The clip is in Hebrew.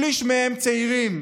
שליש מהם צעירים,